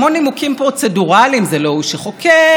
כהונתו ממילא הייתה לשלוש שנים.